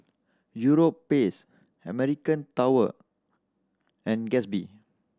Europace American tower and Gatsby